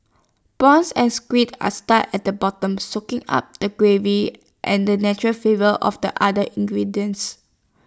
prawns and squid are stuck in the bottom soaking up the gravy and the natural favour of the other ingredients